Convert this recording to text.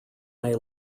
may